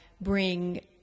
bring